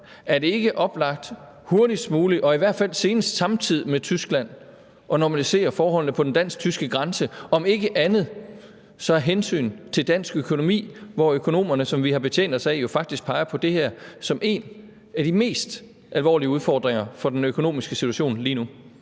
Er det ikke oplagt hurtigst muligt og i hvert fald senest samtidig med Tyskland at normalisere forholdene på den dansk-tyske grænse – om ikke andet så af hensyn til dansk økonomi, hvor økonomerne, som vi har betjent os af, jo faktisk peger på det her som en af de mest alvorlige udfordringer for den økonomiske situation lige nu?